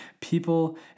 people